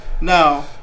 Now